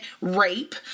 rape